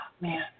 man